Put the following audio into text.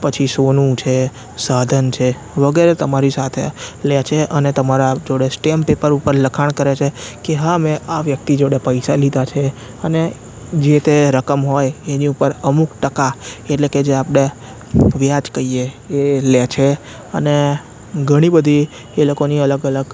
પછી સોનું છે સાધન છે વગેરે તમારી સાથે લે છે અને તમારા જોડે સ્ટેમ્પ પેપર ઉપર લખાણ કરે છે કે હા મે આ વ્યક્તિ જોડે પૈસા લીધા છે અને જે તે રકમ હોય એની ઉપર અમુક ટકા એટલે કે જે આપણે વ્યાજ કઈએ એ લે છે અને ઘણી બધી એ લોકોની અલગ અલગ